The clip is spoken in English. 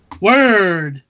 Word